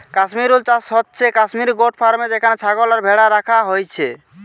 কাশ্মীর উল চাষ হচ্ছে কাশ্মীর গোট ফার্মে যেখানে ছাগল আর ভ্যাড়া রাখা হইছে